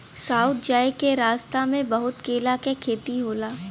south जाए क रस्ता में बहुत केला क खेती होला